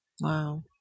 Wow